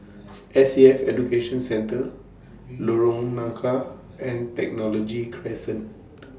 S A F Education Centre Lorong Nangka and Technology Crescent